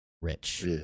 Rich